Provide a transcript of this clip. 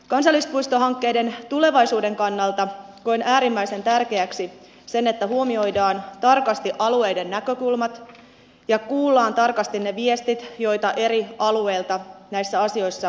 kansallispuistohankkeiden tulevaisuuden kannalta koen äärimmäisen tärkeäksi sen että huomioidaan tarkasti alueiden näkökulmat ja kuullaan tarkasti ne viestit joita eri alueilta näissä asioissa tulee